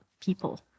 people